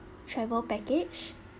travel package